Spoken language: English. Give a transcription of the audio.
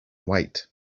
wait